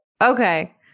Okay